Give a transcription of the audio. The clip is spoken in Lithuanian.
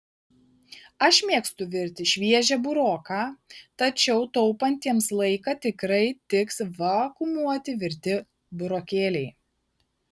aš mėgstu virti šviežią buroką tačiau taupantiems laiką tikrai tiks vakuumuoti virti burokėliai